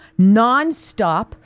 nonstop